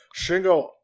Shingo